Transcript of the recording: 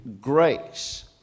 grace